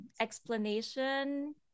explanation